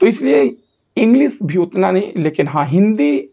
तो इसलिए इंग्लिश भी उतना नहीं लेकिन हाँ हिन्दी